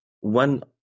one